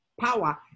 Power